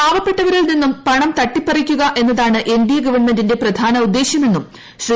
പാവപ്പെട്ടവരിൽ നിന്നും പണം തട്ടിപ്പറിക്കുക എന്നതാണ് എൻഡിഎ ഗവണ്മെന്റിന്റെ പ്രധാന ഉദ്ദേശ്യഉമന്നും ശ്രീ